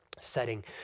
setting